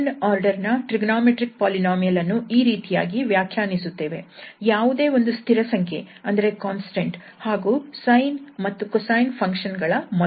𝑛 order ನ trigonometric polynomial ಅನ್ನು ಈ ರೀತಿಯಾಗಿ ವ್ಯಾಖ್ಯಾನಿಸುತ್ತೇವೆ ಯಾವುದೇ ಒಂದು ಸ್ಥಿರಸಂಖ್ಯೆ ಹಾಗೂ sine ಮತ್ತು cosine ಫಂಕ್ಷನ್ ಗಳ ಮೊತ್ತ